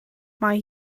mae